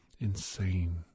Insane